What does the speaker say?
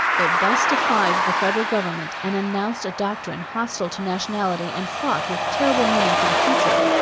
it thus defied the federal government and announced a doctrine hostile to nationality and fraught with terrible meaning for the future.